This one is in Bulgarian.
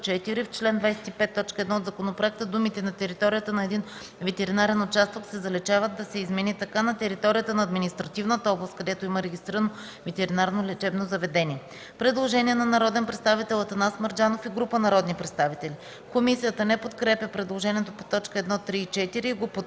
В чл. 25 т. 1 от законопроекта думите „на територията на един ветеринарен участък се заличават” да се измени така: „на територията на административната област, където има регистрирано ветеринарно лечебно заведение”.” Предложение на народния представител Атанас Мерджанов и група народни представители. Комисията не подкрепя предложението по т. 1, 3 и 4 и го подкрепя